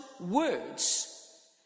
words